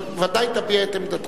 ודאי תביע את עמדתך.